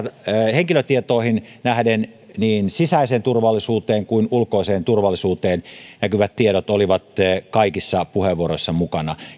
henkilötietoihin nähden kuin sisäiseen turvallisuuteen ja ulkoiseen turvallisuuteen liittyviin tietoihin nähden olivat kaikissa puheenvuoroissa mukana